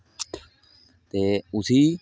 ते उसी